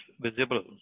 visible